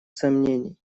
сомнений